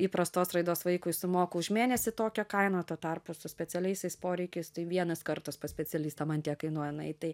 įprastos raidos vaikui sumoku už mėnesį tokią kainą o tuo tarpu su specialiaisiais poreikiais tai vienas kartas pas specialistą man tiek kainuoja nueit tai